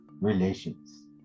relations